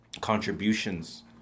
contributions